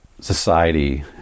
society